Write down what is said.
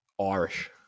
Irish